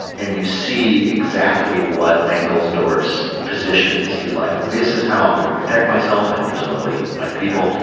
and you see exactly what bengelsdorf's position is. he's like, this is how i'm gonna protect myself and presumably my people,